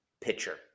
pitcher